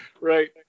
right